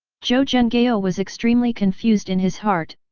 zhou zhenghao ah was extremely confused in his heart,